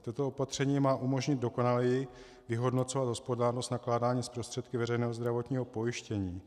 Toto opatření má umožnit dokonaleji vyhodnocovat hospodárnost nakládání s prostředky veřejného zdravotního pojištění.